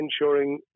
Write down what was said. ensuring